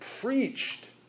preached